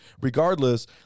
regardless